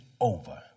over